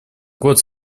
год